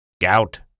Gout